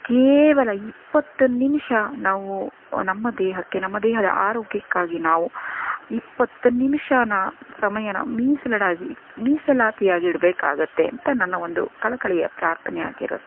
ಕೇವಲ ಇಪ್ಪತ್ತು ನಿಮಿಷ ನಾವು ನಮ್ಮ ದೇಹಕ್ಕೆ ನಮ್ಮ ದೇಹದ ಆರೋಗ್ಯಕ್ಕಾಗಿ ನಾವು ಇಪ್ಪತ್ತು ನಿಮಿಷ ಸಮಯಾನ ಮೀಸಲಿಡಾಗಿ ಮೀಸಲಾತಿಯಾಡಬೇಕಾಗತ್ತೆ ಅಂತ ನನ್ನ ಒಂದು ಕಳಕಳಿಯ ಪ್ರಾರ್ಥನೆಯಾಗಿರುತ್ತೆ